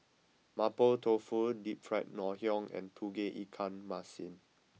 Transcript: Mapo Tofu Deep Fried Ngoh Hiang and Tauge Ikan Masin